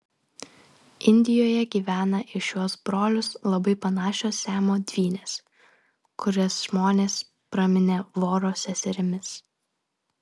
indijoje gyvena į šiuos brolius labai panašios siamo dvynės kurias žmonės praminė voro seserimis